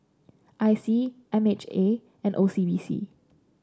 I C M H A and O C B C